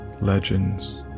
legends